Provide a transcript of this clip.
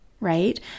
right